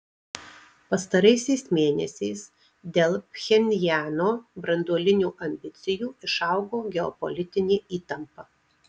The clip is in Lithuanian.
pastaraisiais mėnesiais dėl pchenjano branduolinių ambicijų išaugo geopolitinė įtampa